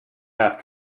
have